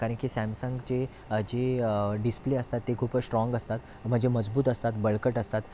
कारण की सॅमसंगचे जी डिस्प्ले असतात ते खूपच स्ट्राँग असतात म्हणजे मजबूत असतात बळकट असतात